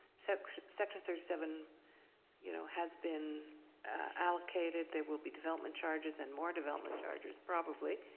section section thirty seven you know has been allocated. there will be development charges and more development charges probably.